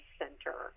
center